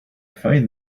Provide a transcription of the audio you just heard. find